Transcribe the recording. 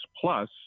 Plus